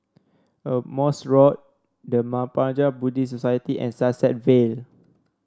a Morse Road The Mahaprajna Buddhist Society and Sunset Vale